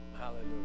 Hallelujah